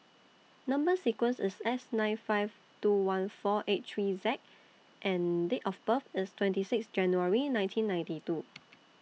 Number sequence IS S nine five two one four eight three Z and Date of birth IS twenty six January nineteen ninety two